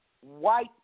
White